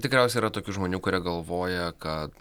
tikriausia yra tokių žmonių kurie galvoja kad